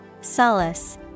Solace